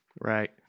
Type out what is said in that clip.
Right